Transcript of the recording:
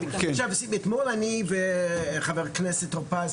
אתמול אני וחבר הכנסת טור פז,